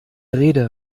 rede